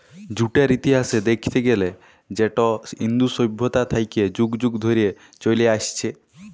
জুটের ইতিহাস দ্যাইখতে গ্যালে সেট ইন্দু সইভ্যতা থ্যাইকে যুগ যুগ ধইরে চইলে আইসছে